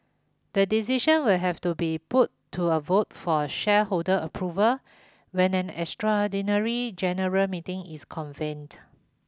the decision will have to be put to a vote for a shareholder approval when an extraordinary general meeting is convened